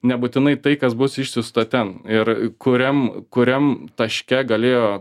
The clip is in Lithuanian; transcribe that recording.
nebūtinai tai kas bus išsiųsta ten ir kuriam kuriam taške galėjo